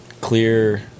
Clear